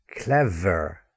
Clever